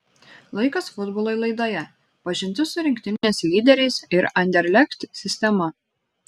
laikas futbolui laidoje pažintis su rinktinės lyderiais ir anderlecht sistema